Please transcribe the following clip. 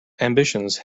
ambitions